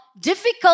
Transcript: difficult